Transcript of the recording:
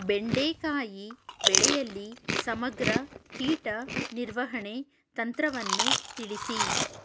ಬೆಂಡೆಕಾಯಿ ಬೆಳೆಯಲ್ಲಿ ಸಮಗ್ರ ಕೀಟ ನಿರ್ವಹಣೆ ತಂತ್ರವನ್ನು ತಿಳಿಸಿ?